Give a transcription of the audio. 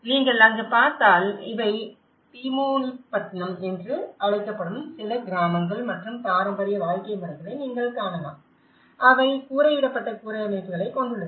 நீங்கள் அங்கு பார்த்தால் இவை பீமுனிபட்னம் என்று அழைக்கப்படும் சில கிராமங்கள் மற்றும் பாரம்பரிய வாழ்க்கை முறைகளை நீங்கள் காணலாம் அவை கூரையிடப்பட்ட கூரை அமைப்புகளைக் கொண்டுள்ளன